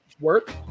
work